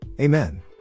Amen